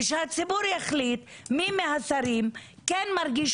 ושהציבור יחליט מי מהשרים כן מרגיש